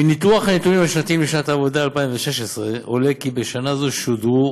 מניתוח הנתונים השנתיים לשנת העבודה 2016 עולה כי בשנה זו שודרו